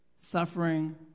Suffering